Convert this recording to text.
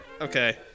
okay